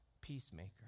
peacemaker